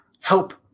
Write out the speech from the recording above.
help